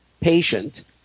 patient